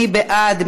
מי בעד?